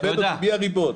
תלמד אותי מי הריבון.